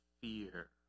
fear